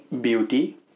beauty